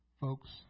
folks